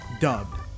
dubbed